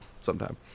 sometime